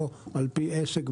לא על פי עסק,